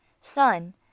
son